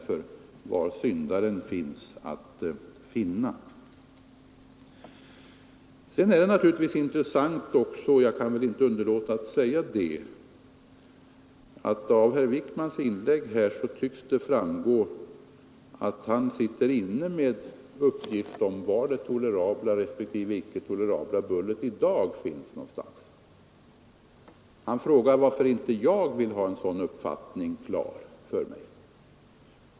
Jag kan inte underlåta att säga att det naturligtvis är intressant att det av herr Wijkmans inlägg tycks framgå att han sitter inne med uppgifter om var gränsen för det tolerabla respektive icke tolerabla bullret i dag finns. Han frågar varför inte jag vill ha en sådan uppfattning klar.